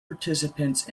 participants